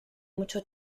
mucho